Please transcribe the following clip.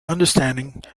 understanding